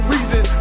Reason